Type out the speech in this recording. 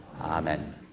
Amen